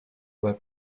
łeb